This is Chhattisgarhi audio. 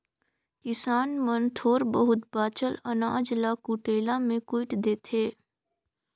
किसान मन थोर बहुत बाचल अनाज ल कुटेला मे कुइट देथे